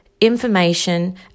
information